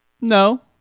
No